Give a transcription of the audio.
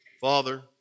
Father